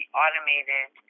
automated